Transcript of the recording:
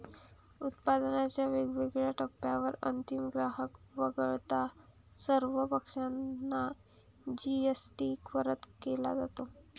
उत्पादनाच्या वेगवेगळ्या टप्प्यांवर अंतिम ग्राहक वगळता सर्व पक्षांना जी.एस.टी परत केला जातो